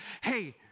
hey